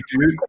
dude